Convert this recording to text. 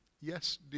Yes